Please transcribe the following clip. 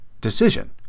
decision